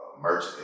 merch